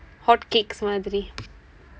hotcakes மாதிரி:maathiri